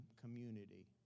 community